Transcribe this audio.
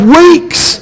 weeks